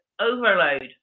overload